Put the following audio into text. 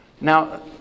Now